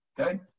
Okay